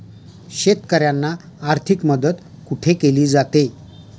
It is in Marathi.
शेतकऱ्यांना आर्थिक मदत कुठे केली जाते?